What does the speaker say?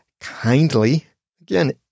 kindly—again